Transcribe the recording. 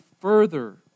further